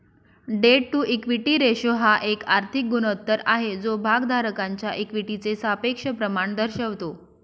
date to equity ratio हा एक आर्थिक गुणोत्तर आहे जो भागधारकांच्या इक्विटीचे सापेक्ष प्रमाण दर्शवतो